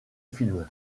film